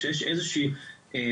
כשיש איזה שהוא קושי,